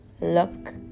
Look